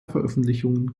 veröffentlichungen